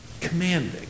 commanding